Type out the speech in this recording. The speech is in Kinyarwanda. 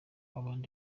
abandi